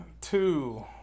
two